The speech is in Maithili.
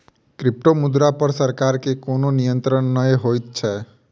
क्रिप्टोमुद्रा पर सरकार के कोनो नियंत्रण नै होइत छै